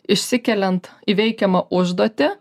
išsikeliant įveikiamą užduotį